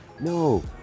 No